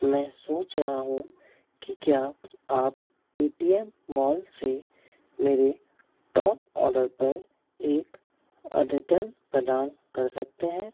मैं सोच रहा हूँ कि क्या आप पेटीएम मॉल से मेरे टॉप ऑर्डर पर एक अद्यतन प्रदान कर सकते हैं